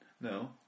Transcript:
No